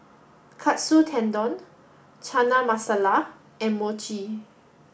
Katsu Tendon Chana Masala and Mochi